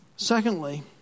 Secondly